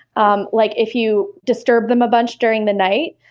um like if you disturb them a bunch during the night,